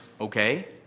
Okay